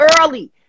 early